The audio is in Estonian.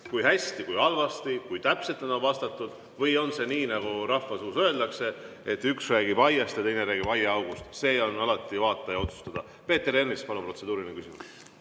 Kui hästi või halvasti, kui täpselt on vastatud, või on see nii, nagu rahvasuus öeldakse, et üks räägib aiast ja teine aiaaugust – see on alati vaataja otsustada. Peeter Ernits, palun, protseduuriline küsimus!